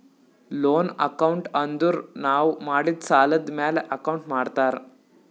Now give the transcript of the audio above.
loan account ಅಂದುರ್ ನಾವು ಮಾಡಿದ್ ಸಾಲದ್ ಮ್ಯಾಲ ಅಕೌಂಟ್ ಮಾಡ್ತಾರ್